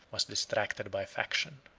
was distracted by faction.